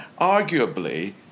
arguably